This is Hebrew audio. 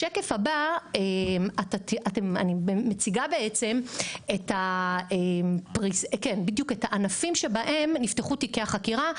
בשקף הבא אני מציגה את הענפים שבהם נפתחו תיקי החקירה,